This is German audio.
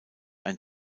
ein